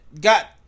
got